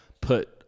put